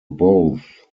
both